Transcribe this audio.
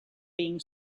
being